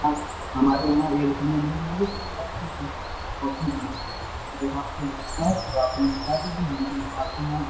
हाँ हमारे यहाँ यह लकड़ियाँ मिल जाएँगी सर अच्छी कॉस्टली भी मिल जाएँगी अगर आपको लेना है तो आप हमें बता दीजिए हम आपके यहाँ